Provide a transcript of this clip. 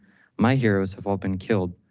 my heroes have all been killed,